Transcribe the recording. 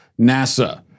NASA